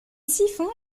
siphon